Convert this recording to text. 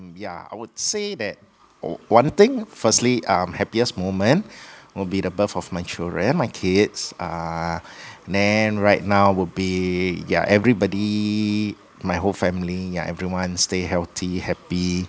um yeah I would say that one thing firstly um happiest moment will be the birth of my children my kids uh then right now will be yeah everybody my whole family yeah everyone stay healthy happy